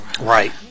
Right